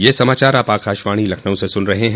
ब्रे क यह समाचार आप आकाशवाणी लखनऊ से सुन रहे हैं